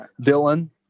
Dylan